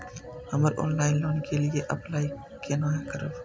हम online loan के लिए अप्लाई केना करब?